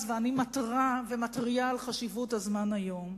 ואני מתרה ומתריעה על חשיבות הזמן היום,